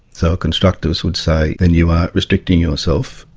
so a constructivist would say then you are restricting yourself,